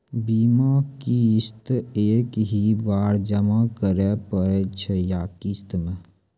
बीमा किस्त एक ही बार जमा करें पड़ै छै या किस्त मे?